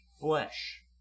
flesh